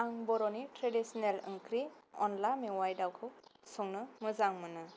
आं बर'नि ट्रेदिसिनेल ओंख्रि अनला माववाय दाउखौ संनो मोजां मोनो